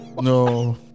No